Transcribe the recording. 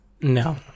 no